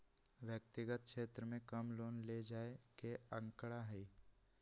व्यक्तिगत क्षेत्र में कम लोन ले जाये के आंकडा हई